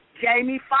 Jamie